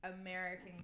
American